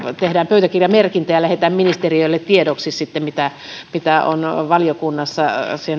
tehdään pöytäkirjamerkintä ja lähetetään ministeriölle tiedoksi mitä on valiokunnassa